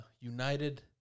United